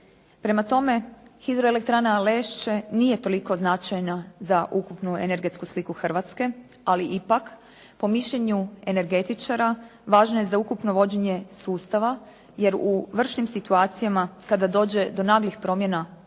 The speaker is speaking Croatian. Prema tome, hidroelektrana Lešće nije toliko značajna za ukupnu energetsku sliku Hrvatske, ali ipak po mišljenju energetičara važno je za ukupno vođenje sustava, jer u vršnim situacijama kada dođe do naglih promjena